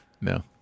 No